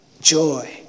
joy